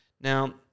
Now